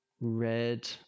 red